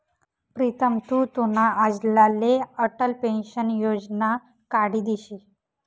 प्रीतम तु तुना आज्लाले अटल पेंशन योजना काढी दिशी